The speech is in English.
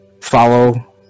follow